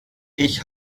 ich